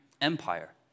empire